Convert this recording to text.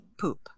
poop